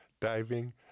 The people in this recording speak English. diving